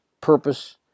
purpose